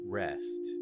rest